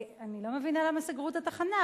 אני לא מבינה למה סגרו את התחנה.